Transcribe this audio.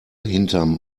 hinterm